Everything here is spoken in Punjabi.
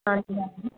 ਹਾਂਜੀ ਹਾਂਜੀ